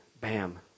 Bam